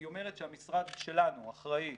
היא אומרת שהמשרד שלנו אחראי